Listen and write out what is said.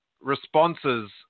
responses